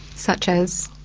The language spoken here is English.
such as?